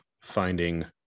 finding